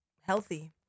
healthy